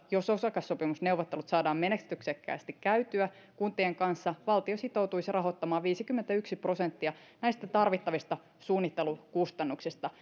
jos osakassopimusneuvottelut saadaan menestyksekkäästi käytyä kuntien kanssa tässä vaiheessa valtio sitoutuisi rahoittamaan viisikymmentäyksi prosenttia näistä tarvittavista suunnittelukustannuksista